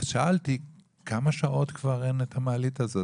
שאלתי כמה שעות כבר המעלית לא פועלת.